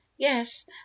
Yes